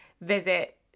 visit